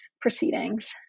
proceedings